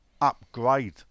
upgrade